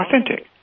authentic